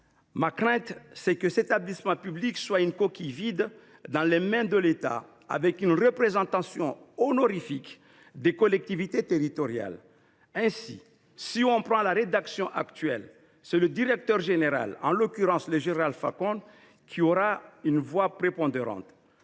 ma crainte est que cet établissement public soit une coquille vide dans les mains de l’État, avec une représentation simplement honorifique des collectivités territoriales. Ainsi, dans la rédaction actuelle, c’est le directeur général, en l’occurrence le général Facon, qui aura une voix prépondérante.